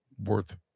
worth